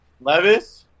Levis